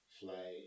fly